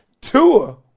Tua